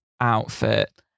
outfit